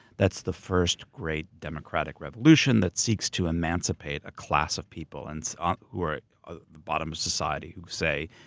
that's the first great democratic revolution that seeks to emancipate a class of people and so ah who are at ah the bottom of society, who say,